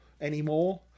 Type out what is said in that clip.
anymore